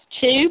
two